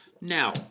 Now